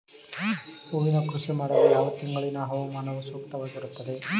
ಹೂವಿನ ಕೃಷಿ ಮಾಡಲು ಯಾವ ತಿಂಗಳಿನ ಹವಾಮಾನವು ಸೂಕ್ತವಾಗಿರುತ್ತದೆ?